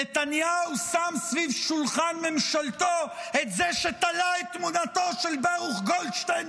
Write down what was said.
נתניהו שם סביב שולחן ממשלתו את זה שתלה את תמונתו של ברוך גולדשטיין